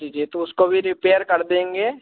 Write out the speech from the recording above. जी जी तो उसको भी रिपेयर कर देंगे